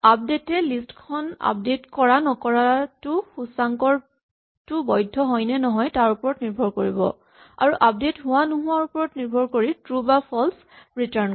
update এ list খন update কৰা নকৰাটো সূচাংকটো বৈধ্য হয় নে নহয় তাৰ ওপৰত নিৰ্ভৰ কৰিব আৰু আপডেট হোৱা নোহোৱাৰ ওপৰত নিৰ্ভৰ কৰি ট্ৰো বা ফল্চ ৰিটাৰ্ন কৰিব